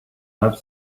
have